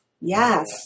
yes